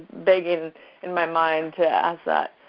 begging in my mind to ask that.